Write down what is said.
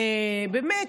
באמת.